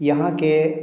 यहाँ के